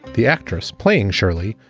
the actress playing shirley,